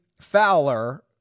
Fowler